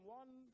one